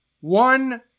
one